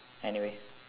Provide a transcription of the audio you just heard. anyway